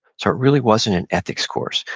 so it really wasn't an ethics course,